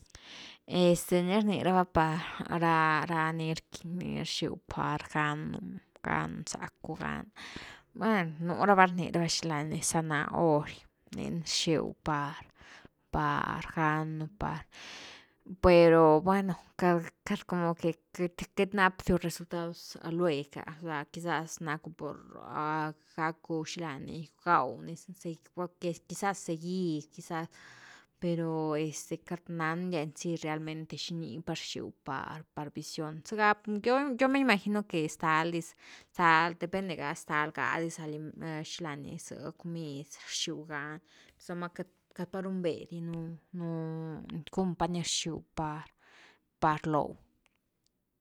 Este ni rni raba par ra-ra ni rxiu par ganu gam zacku gan, buen, nú rava rni raba xilani zanahori ni rxiu par-par ganu par, pero bueno cad como que queity nap diu resultados lueg ga quizás napu por gacku xila ni gaw quizás segid quizás, pero este queity nandia en si realmente xini pa rxiu par par visión zega, yo-yo me imagino que stal dis stal depende ga’ stal dis xila ni ze comid rxiu ga ni so’ma queity-queity pa runbe dinú cun pa ni rxiu par-par loh.